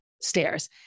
stairs